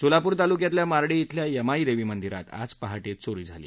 सोलापूर तालूक्यातल्या मार्डी इथल्या यमाई देवी मंदीरात आज पाहाटे चोरी झाली